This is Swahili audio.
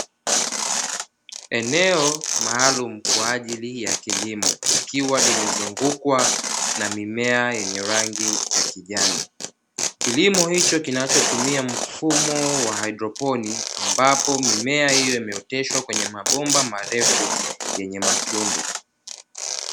Eneo maalumu kwa ajili ya kilimo, ikiwa limezungukwa na mimea yenye rangi ya kijani. Kilimo hicho kinachotumia mfumo wa haidroponi, ambapo mimea hiyo imeoteshwa kwenye mabomba marefu yenye matundu.